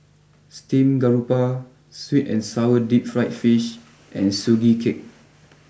Steamed Garoupa sweet and Sour deep Fried Fish and Sugee Cake